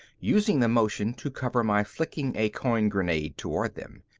using the motion to cover my flicking a coin grenade toward them.